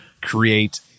create